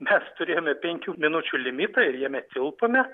mes turėjome penkių minučių limitą ir jame tilpome